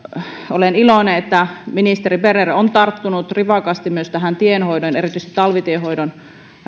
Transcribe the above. olen iloinen että ministeri berner on tarttunut rivakasti myös tienhoidon ja erityisesti talvitienhoidon